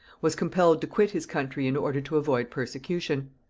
was compelled to quit his country in order to avoid persecution.